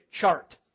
chart